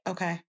Okay